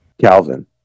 Calvin